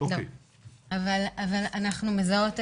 אבל אנחנו מזהות עלייה.